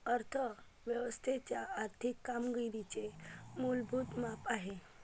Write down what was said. अर्थ व्यवस्थेच्या आर्थिक कामगिरीचे मूलभूत माप आहे